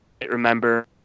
Remember